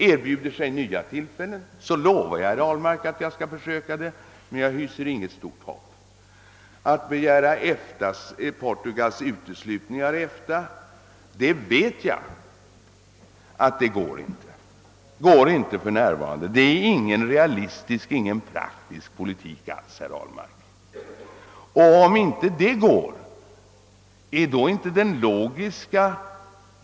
Erbjuder sig nya tillfällen, lovar jag herr Ahlmark att jag skall försöka igen, men jag hyser inget stort hopp. Jag vet att det för närvarande inte går att få gensvar på en begäran om Portugals uteslutning ur EFTA. Det är ingen realistisk, praktisk politik, herr Ahlmark.